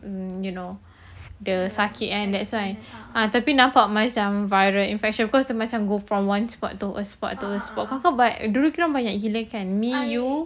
um you know the sakit kan that's why tapi nampak macam viral infection cause dia macam go from one spot to a spot to a spot kau banyak dulu banyak gila kan me you